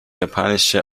japanische